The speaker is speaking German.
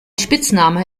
spitzname